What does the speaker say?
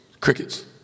crickets